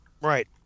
Right